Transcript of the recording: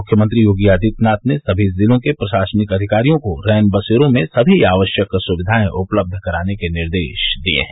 मुख्यमंत्री योगी आदित्यनाथ ने सभी जिलों के प्रशासनिक अधिकारियों को रैनबसेरों में सभी आवश्यक सुविधाएं उपलब्ध कराने के निर्देश दिए हैं